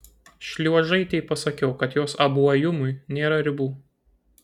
šliuožaitei pasakiau kad jos abuojumui nėra ribų